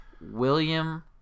William